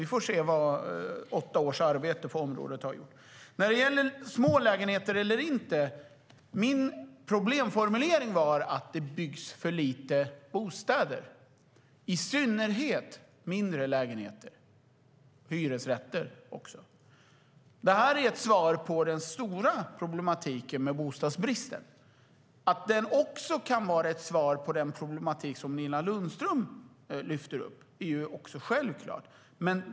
Vi får se vad åtta års arbete på området har gjort. Den andra saken är frågan om små lägenheter eller inte. Min problemformulering var att det byggs för få bostäder, i synnerhet mindre lägenheter - hyresrätter. Det är ett svar på det stora problemet med bostadsbristen, och det är självklart också ett svar på det problem som Nina Lundström lyfter upp.